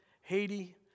Haiti